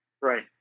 Right